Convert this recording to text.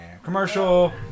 commercial